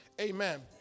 Amen